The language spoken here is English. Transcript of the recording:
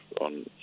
on